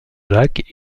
jacques